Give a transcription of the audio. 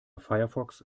firefox